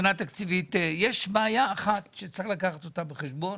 יש בעיה אחת שצריך לקחת בחשבון